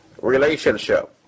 relationship